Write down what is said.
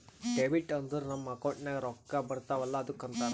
debit ಅಂದುರ್ ನಮ್ account ನಾಗ್ ರೊಕ್ಕಾ ಬರ್ತಾವ ಅಲ್ಲ ಅದ್ದುಕ ಅಂತಾರ್